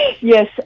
Yes